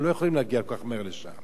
אנחנו לא יכולים להגיע כל כך מהר לשם.